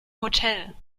hotel